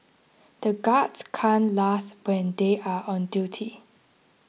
the guards can't laugh when they are on duty